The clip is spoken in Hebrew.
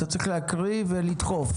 אתה צריך להקריא ולדחוף,